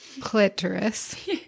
clitoris